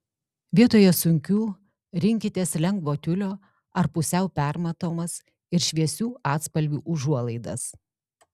vietoje sunkių rinkitės lengvo tiulio ar pusiau permatomas ir šviesių atspalvių užuolaidas